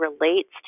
relates